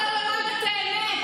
לפני ראשונה?